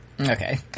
Okay